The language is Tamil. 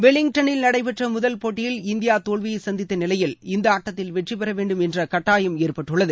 வெலிங்டன்னில் நடைபெற்ற முதல் போட்டியில் இந்தியா தோல்வியை சந்தித்த நிலையில் இந்த ஆட்டத்தில் வெற்றி பெற வேண்டும் என்ற கட்டாயம் ஏற்பட்டுள்ளது